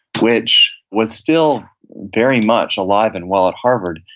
which was still very much alive and well at harvard,